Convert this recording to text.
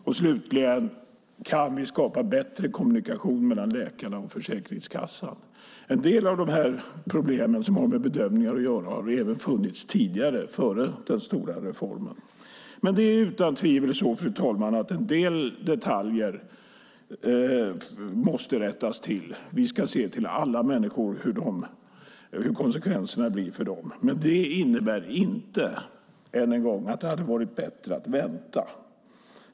För det tredje: Kan vi skapa bättre kommunikation mellan läkarna och Försäkringskassan? En del av de problem som har med bedömningar att göra har funnits även tidigare, före den stora reformen. Fru talman! Det är utan tvivel så att en del detaljer måste rättas till. Vi ska se hur konsekvenserna blir för alla människor. Det innebär inte - än en gång - att det hade varit bättre att vänta.